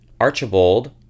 Archibald